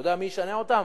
אתה יודע מי ישנה אותם?